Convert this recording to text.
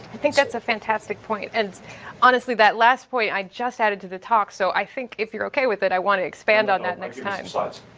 think that's a fantastic point and honestly, that last point, i just added to the talk so, i think if you're okay with it, i want to expand on that next time. i'll